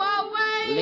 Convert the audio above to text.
away